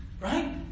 right